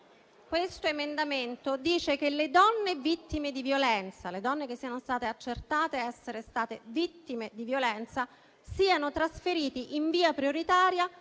questo emendamento dice che le donne vittime di violenza, per le quali è stato accertato che siano state vittime di violenza, vengono trasferite, in via prioritaria,